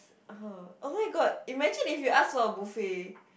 uh oh-my-god imagine if you ask for a buffet